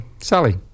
Sally